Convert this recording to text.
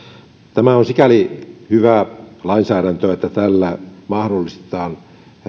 tämä on sikäli hyvää lainsäädäntöä että tällä mahdollistetaan